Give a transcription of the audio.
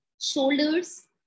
shoulders